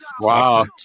Wow